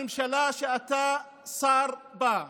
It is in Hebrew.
הממשלה שאתה שר בה,